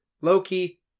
Loki